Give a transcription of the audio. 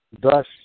thus